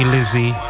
Lizzie